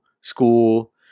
school